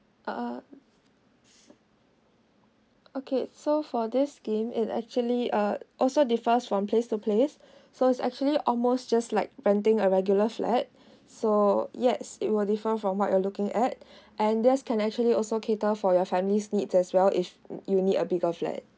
uh okay so for this scheme it actually uh also differs from place to place so is actually almost just like renting a regular flat so yes it were differ from what you're looking at and there's can actually also cater for your family's needs as well if you need a bigger flat